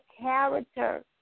character